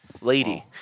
Lady